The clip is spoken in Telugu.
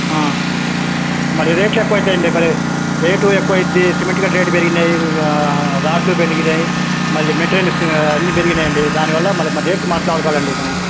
మరి రేట్లు ఎక్కువవుతాయండి మరి రేటు ఎక్కువైంది సిమెంట్ కూడా రేట్ పెరిగినాయి ఇక రాడ్లు పెరిగినాయి మళ్ళీ మెటీరియల్స్ అన్నీ పెరిగినాయండి దానివల్ల మళ్ళీ మళ్ళా రేట్ మాట్లాడుకోవాలండి మనం